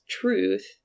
truth